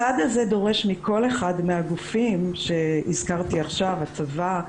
הצעד הזה דורש מכל אחד מהגופים שהזכרתי עכשיו הצבא,